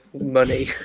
money